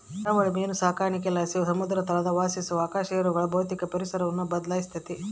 ಕರಾವಳಿ ಮೀನು ಸಾಕಾಣಿಕೆಲಾಸಿ ಸಮುದ್ರ ತಳದಲ್ಲಿ ವಾಸಿಸುವ ಅಕಶೇರುಕಗಳ ಭೌತಿಕ ಪರಿಸರವನ್ನು ಬದ್ಲಾಯಿಸ್ತತೆ